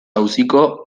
auziko